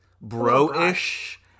bro-ish